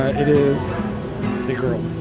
ah it is a girl.